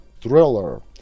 thriller